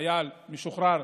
חייל משוחרר,